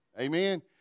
Amen